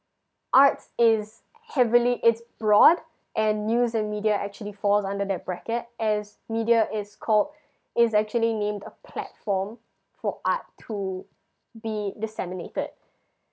arts is heavily it's broad and news and media actually falls under that bracket as media is called is actually named a platform for art to be disseminated